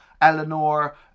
Eleanor